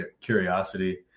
curiosity